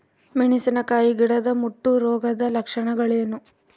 ಮೆಣಸಿನಕಾಯಿ ಗಿಡದ ಮುಟ್ಟು ರೋಗದ ಲಕ್ಷಣಗಳೇನು?